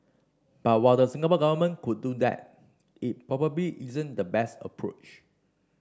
but while the Singapore Government could do that it probably isn't the best approach